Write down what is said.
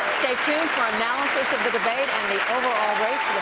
stay tuned for analysis of the debate and the overall race